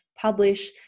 publish